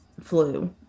flu